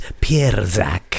Pierzak